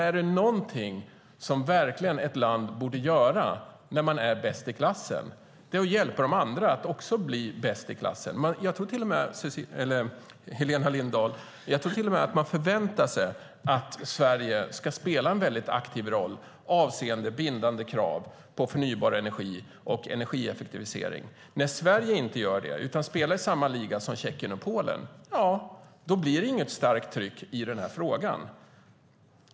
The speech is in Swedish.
Är det någonting som ett land verkligen borde göra när det är bäst i klassen är det att hjälpa de andra att också bli bäst i klassen. Jag tror till och med att man förväntar sig att Sverige ska spela en mycket aktiv roll när det gäller bindande krav på förnybar energi och energieffektivisering. När Sverige inte gör det utan spelar i samma liga som Tjeckien och Polen blir det inget starkt tryck i den här frågan.